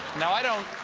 now, i don't.